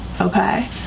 okay